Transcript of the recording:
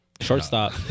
Shortstop